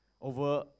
over